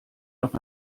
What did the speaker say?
noch